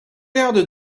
outed